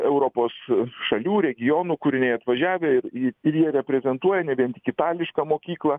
europos šalių regionų kūriniai atvažiavę ir ir jie reprezentuoja ne vien tik itališką mokyklą